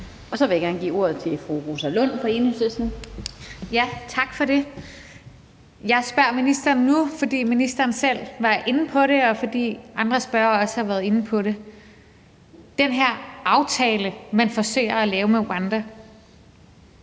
og så vil jeg gerne give ordet til fru Rosa Lund fra Enhedslisten. Kl. 15:46 Rosa Lund (EL): Tak for det. Jeg spørger ministeren nu, fordi ministeren selv var inde på det, og fordi andre spørgere også har været inde på det. I forhold til den her aftale, man forsøger at lave med Rwanda,